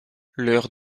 leur